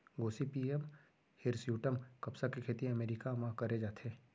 Gossypium hirsutum कपसा के खेती अमेरिका म करे जाथे